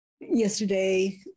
yesterday